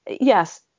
yes